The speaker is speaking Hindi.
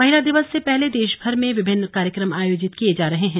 महिला दिवस से पहले देशभर में विभिन्न कार्यक्रम आयोजित किये जा रहे हैं